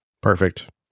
Perfect